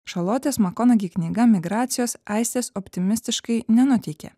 šarlotės makonagi knyga migracijos aistės optimistiškai nenuteikė